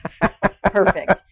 Perfect